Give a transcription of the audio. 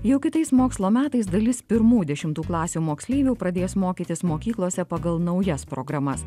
jau kitais mokslo metais dalis pirmų dešimtų klasių moksleivių pradės mokytis mokyklose pagal naujas programas